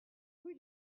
rue